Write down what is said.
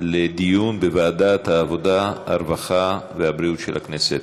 לדיון בוועדת העבודה, הרווחה והבריאות של הכנסת.